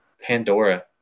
pandora